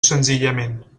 senzillament